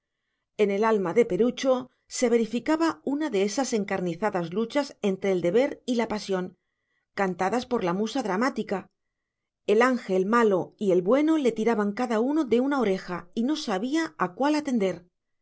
en el alma de perucho se verificaba una de esas encarnizadas luchas entre el deber y la pasión cantadas por la musa dramática el ángel malo y el bueno le tiraban cada uno de una oreja y no sabía a cuál atender